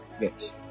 Yes